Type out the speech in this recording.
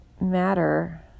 matter